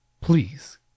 Please